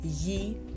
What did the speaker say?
ye